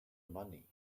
money